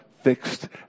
fixed